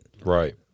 Right